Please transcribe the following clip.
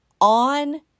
on